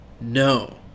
No